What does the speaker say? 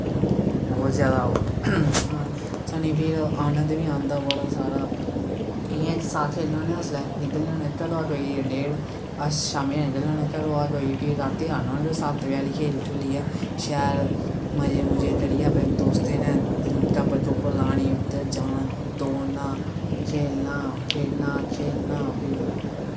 बौह्त ज्यादा सानू फिर आनंद बी औंदा बड़ा सारा इ'यां इक साथ खेलने होन्ने ना उसलै निकलने होन्ने घरा कोई डेढ़ अस शाम्मी गै निकलने होन्ने घरा कोई फिर रातीं आन्ने होन्ने कोई सत्त बज़े हारै खेली खुल्लियै शैल मजे मुज़े करियै अपने दोस्तें ने गप्प गुप्प लानी उद्धर जाना दौड़ना खेलना फिरना खेलना फिर